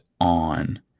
on